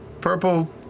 purple